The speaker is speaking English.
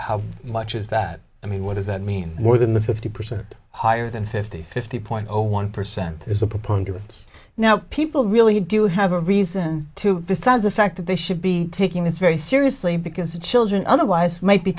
how much is that i mean what does that mean more than the fifty percent higher than fifty fifty point zero one percent is a preponderance now people really had you have a reason to besides the fact that they should be taking this very seriously because the children otherwise might be